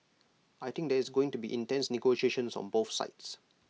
I think there is going to be intense negotiations on both sides